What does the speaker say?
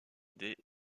des